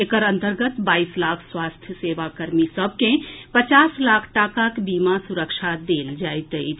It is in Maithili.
एकर अन्तर्गत बाईस लाख स्वास्थ्य सेवा कर्मी सभ के पचास लाख टाकाक बीमा सुरक्षा देल जाएत अछि